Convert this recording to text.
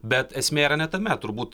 bet esmė yra ne tame turbūt